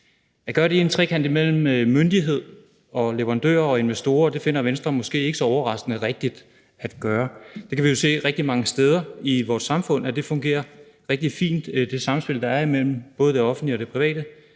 At gøre det i en trekant mellem myndigheder, leverandører og investorer finder Venstre måske ikke så overraskende rigtigt. Vi kan jo se rigtig mange steder i vores samfund, at det samspil, der er mellem det offentlige og det private,